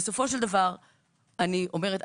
בסופו של דבר אני אומרת,